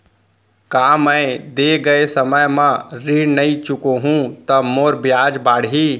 का मैं दे गए समय म ऋण नई चुकाहूँ त मोर ब्याज बाड़ही?